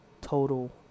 total